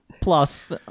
Plus